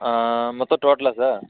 ஆ மொத்தம் டோட்டலா சார்